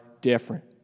different